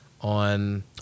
on